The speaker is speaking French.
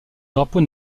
drapeau